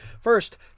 First